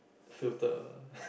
filter